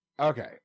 Okay